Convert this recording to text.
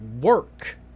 work